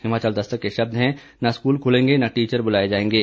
हिमाचल दस्तक के शब्द हैं न स्कूल खुलेंगे न टीचर बुलाए जाएंगे